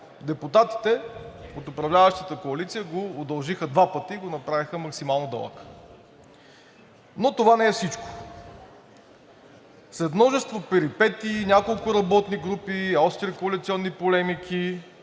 депутатите от управляващата коалиция го удължиха два пъти и го направиха максимално дълъг. Но това не е всичко. След множество перипетии, няколко работни групи, остри коалиционни полемики,